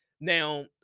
Now